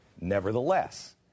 Nevertheless